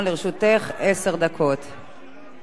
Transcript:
ושם יוחלט מהי הוועדה הרלוונטית לשם הכנת החוק לקריאה ראשונה.